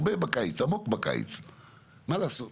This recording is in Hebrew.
אני שואל